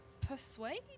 persuade